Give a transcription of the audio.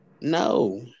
No